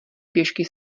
pěšky